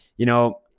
you know,